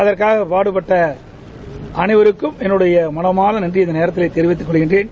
அதற்காக பாடுபட்ட அனைவருக்கும் என்னுடைய மனமார்ந்த நன்றியை இந்த நேரத்தில தெரிவித்துக் கொள்கிறேன்